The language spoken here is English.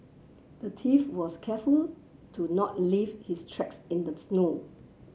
the thief was careful to not leave his tracks in the snow